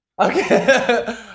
okay